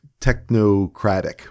technocratic